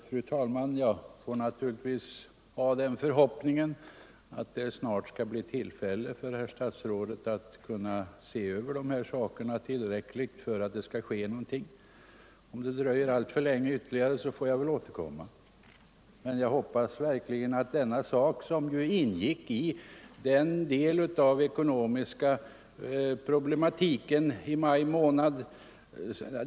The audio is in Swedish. Fru talman! Jag får naturligtvis ha den förhoppningen att det snart Torsdagen den skall bli tillfälle för herr statsrådet att se över den här saken tillräckligt 14 november 1974 för att det skall ske någonting. Om det dröjer alltför länge, så får jag = väl återkomma. Om åtgärder för att Denna sak ingick ju i den ekonomiska problematiken i maj månad.